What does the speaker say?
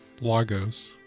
Lagos